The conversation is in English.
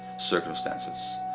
circumstances.